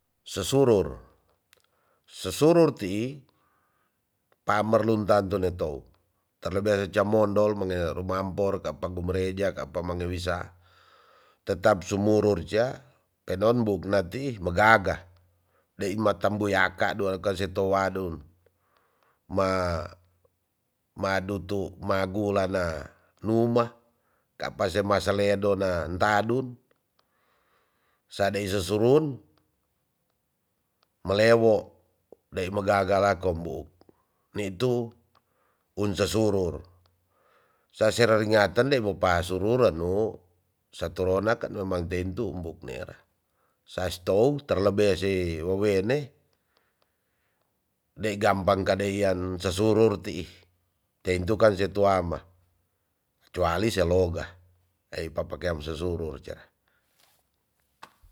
Sesurur, sesurur tii pamerlun tante netow terlebe rica mondol mange rumampor kapa mu greja kapa mangewisa tetap sumuru ca penon buknati bagaga dei matam buyaka dua kasetu wadun ma madutu magula na numa kapa sema saledo nan tadun sa dei susurun melewo dei megaga lako mbu nitu unsesurur sa seraringaten de wo pa surura nu sa torona kane ma tentu umpuk nera sas tou terlebe se wowene dei gampang kadeian sesurur tii teintu kan setua ma kecuali seloga ei papekam serurur.